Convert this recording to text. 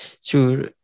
Sure